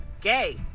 Gay